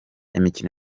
imikino